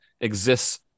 exists